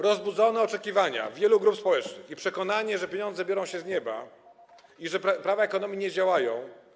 Rozbudzono oczekiwania wielu grup społecznych i przekonanie, że pieniądze biorą się z nieba i że prawa ekonomii nie działają.